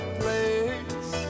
place